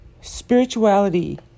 spirituality